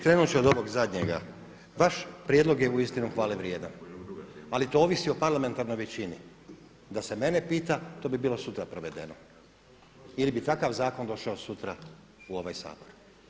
Krenuti ću od ovog zadnjega, vaš prijedlog je uistinu hvale vrijedan ali to ovisi o parlamentarnoj većini, da se mene pita to bi bilo sutra provedeno jer bi takav zakon došao sutra u ovaj Sabor.